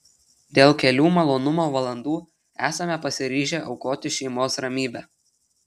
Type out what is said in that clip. dėl kelių malonumo valandų esame pasiryžę aukoti šeimos ramybę